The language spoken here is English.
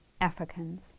Africans